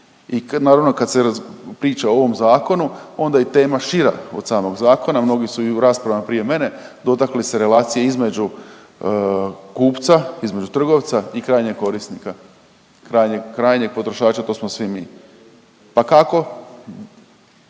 I naravno kad se priča o ovom zakonu onda je i tema šira od samog zakona. Mnogi su i u raspravama prije mene dotakli se relacije između kupca, između trgovca i krajnjeg korisnika, krajnjeg, krajnjeg potrošača to smo svi mi. Pa kako